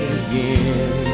again